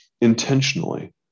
intentionally